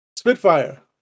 Spitfire